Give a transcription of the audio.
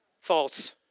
False